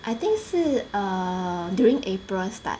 I think 是 err during april start